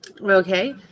Okay